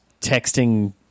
texting